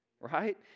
Right